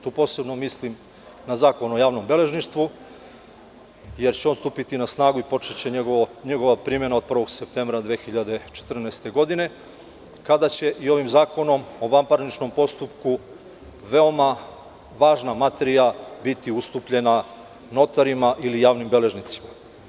Tu posebno mislim na Zakon o javnom beležništvu, jer će on stupiti na snagu i počeće njegova primena od 1. septembra 2014. godine, kada će i ovim zakonom o vanparničnom postupku veoma važna materija biti ustupljena notarima ili javnim beležnicima.